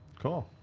cool.